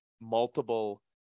multiple